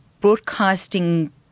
broadcasting